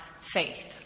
faith